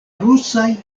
rusaj